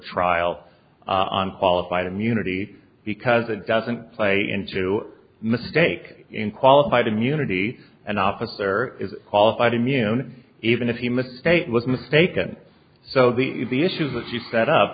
trial on qualified immunity because it doesn't play into mistake in qualified immunity an officer is qualified immune even if he must state was mistaken so the the issues that she set up